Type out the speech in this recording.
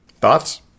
Thoughts